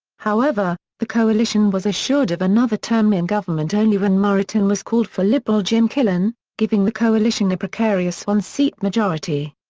however, the coalition was assured of another term in government only when moreton was called for liberal jim killen, giving the coalition a precarious one-seat majority.